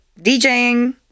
djing